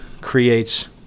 creates